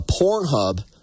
Pornhub